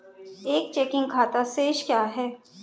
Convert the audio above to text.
एक चेकिंग खाता शेष क्या है?